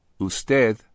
usted